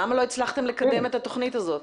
למה לא הצלחתם לקדם את התוכנית הזאת?